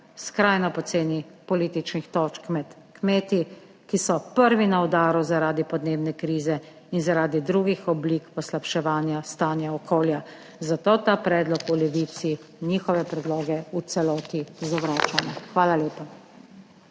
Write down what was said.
skrajno poceni političnih točk med kmeti, ki so prvi na udaru zaradi podnebne krize in zaradi drugih oblik poslabševanja stanja okolja. Zato ta predlog v Levici njihove predloge v celoti zavračamo. Hvala lepa.